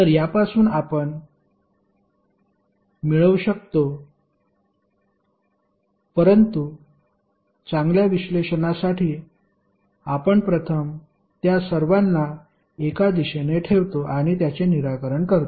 तर यापासून आपण मिळवू शकतो परंतु चांगल्या विश्लेषणासाठी आपण प्रथम त्या सर्वांना एका दिशेने ठेवतो आणि त्याचे निराकरण करतो